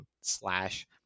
slash